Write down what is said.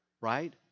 right